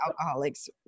alcoholics